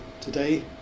today